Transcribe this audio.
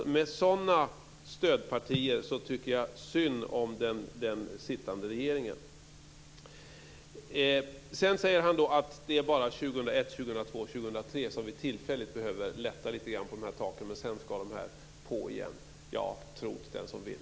Med sådana stödpartier tycker jag synd om den sittande regeringen. Johan Lönnroth säger att det bara är år 2001, år 2002 och år 2003 som vi tillfälligt behöver lätta lite grann på taken, och sedan ska de på igen. Tro t den som vill!